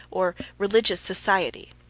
or religious society.